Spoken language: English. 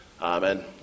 Amen